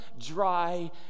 dry